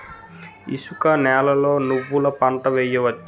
ఇసుక నేలలో నువ్వుల పంట వేయవచ్చా?